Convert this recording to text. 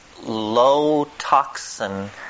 low-toxin